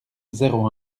zéro